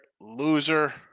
Loser